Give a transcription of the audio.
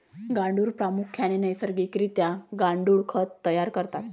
गांडुळे प्रामुख्याने नैसर्गिक रित्या गांडुळ खत तयार करतात